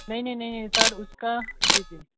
नहीं नहीं नहीं सर उसका जी जी